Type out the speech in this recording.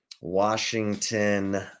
Washington